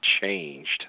changed